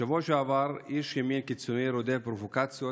בשבוע שעבר איש ימין קיצוני רודף פרובוקציות